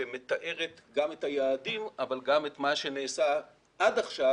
שמתארת גם את היעדים אבל גם את מה שנעשה עד עכשיו